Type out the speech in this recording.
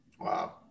Wow